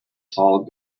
tall